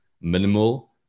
minimal